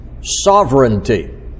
sovereignty